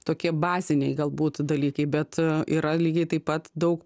tokie baziniai galbūt dalykai bet yra lygiai taip pat daug